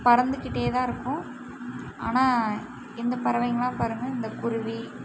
பறந்துக்கிட்டே தான் இருக்கும் ஆனால் இந்த பறவைங்கயெல்லாம் பாருங்கள் இந்தக்குருவி